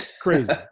Crazy